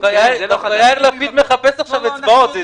דווקא יאיר לפיד מחפש עכשיו אצבעות.